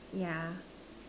yeah